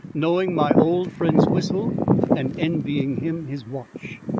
knowing my old friend's whistle and envying him his watch.